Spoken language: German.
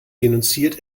denunziert